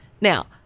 Now